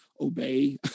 obey